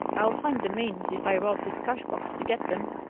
i'll find the means, if i rob his cash-box to get them!